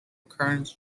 kearns